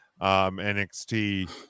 NXT